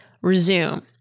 resume